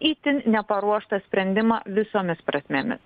itin neparuoštą sprendimą visomis prasmėmis